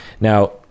Now